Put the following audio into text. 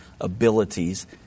abilities